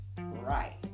right